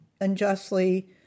unjustly